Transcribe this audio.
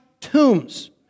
tombs